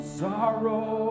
sorrow